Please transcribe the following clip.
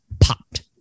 popped